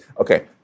Okay